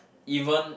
even